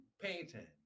painting